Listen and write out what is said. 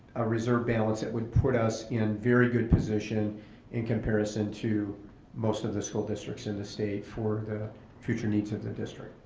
a reserve balance that would put us in very good position in comparison to most of the school districts in the state for the future needs of the district.